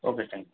okay thank you